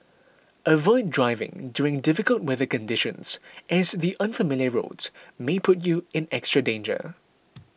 avoid driving during difficult weather conditions as the unfamiliar roads may put you in extra danger